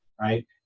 Right